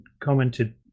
commented